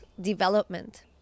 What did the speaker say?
development